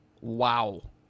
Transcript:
Wow